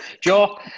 Joe